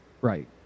Right